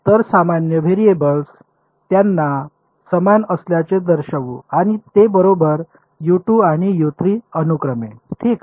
तर सामान्य व्हेरिएबल्स त्यांना समान असल्याचे दर्शवू आणि ते बरोबर आणि अनुक्रमे ठीक